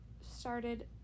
started